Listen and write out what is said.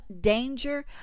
danger